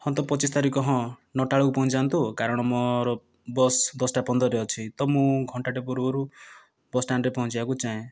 ହଁ ତ ପଚିଶ ତାରିଖ ହଁ ନଅଟାବେଳକୁ ପହଞ୍ଚିଯାଆନ୍ତୁ କାରଣ ମୋ'ର ବସ ଦଶଟା ପନ୍ଦରରେ ଅଛି ତ ମୁ ଘଣ୍ଟାଏ ପୂର୍ବରୁ ବସଷ୍ଟାଣ୍ଡରେ ପହଞ୍ଚିବାକୁ ଚାଁହେ